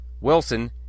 wilson